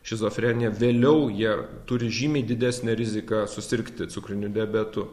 šizofrenija vėliau jie turi žymiai didesnę riziką susirgti cukriniu diabetu